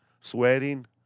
Sweating